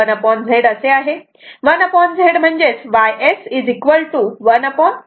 1 Z म्हणजेच Ys1rs XS आहे